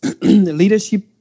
leadership